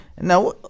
Now